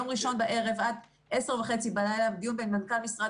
ביום ראשון בערב עד 22:30 דיון בין מנכ"ל משרד